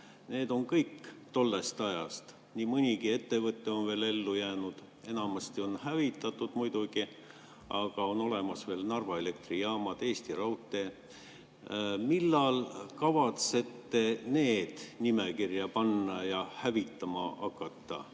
Need on kõik tollest ajast. Nii mõnigi ettevõte on veel ellu jäänud. Enamasti on need hävitatud muidugi, aga on olemas veel Narva elektrijaamad, Eesti Raudtee. Millal te kavatsete need nimekirja panna ja neid hävitama hakata?